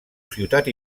ciutat